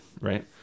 Right